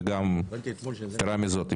ויתרה מזאת,